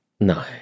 No